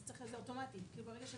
זה אוטומטי.